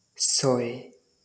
ছয়